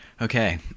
Okay